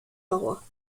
paroi